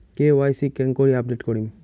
KYC কেঙ্গকরি update করিম?